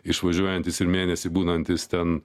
išvažiuojantis ir mėnesį būnantis ten